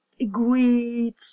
agreed